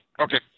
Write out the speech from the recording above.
Okay